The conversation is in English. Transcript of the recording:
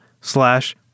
slash